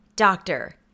doctor